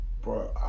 bro